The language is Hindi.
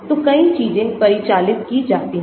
तो कई चीजें परिचालित की जाती हैं